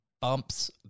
Bumps